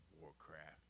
Warcraft